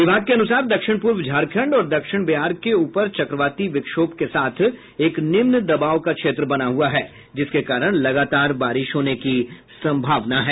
विभाग के अनुसार दक्षिण पूर्व झारखंड और दक्षिण बिहार के ऊपर चकवाती विक्षोभ के साथ एक निम्न दबाव का क्षेत्र बना हुआ है जिसके कारण लगातार बारिश होने की संभावना है